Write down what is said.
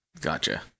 Gotcha